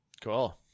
Cool